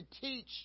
teach